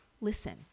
listen